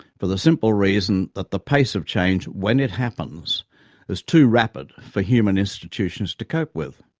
for the simple reason that the pace of change when it happens is too rapid for human institutions to cope with.